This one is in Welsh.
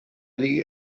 iddi